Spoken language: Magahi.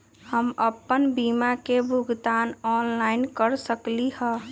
हम अपन बीमा के भुगतान ऑनलाइन कर सकली ह?